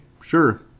Sure